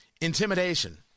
intimidation